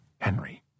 Henry